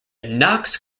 knox